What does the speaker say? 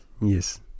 Yes